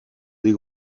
des